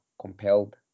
compelled